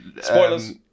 Spoilers